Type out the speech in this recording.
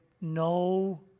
no